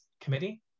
Committee